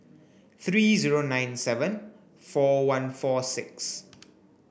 three zero nine seven four one four six